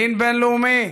דין בין-לאומי.